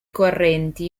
correnti